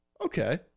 okay